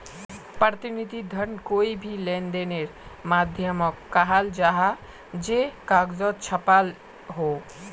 प्रतिनिधि धन कोए भी लेंदेनेर माध्यामोक कहाल जाहा जे कगजोत छापाल हो